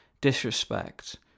disrespect